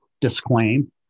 disclaim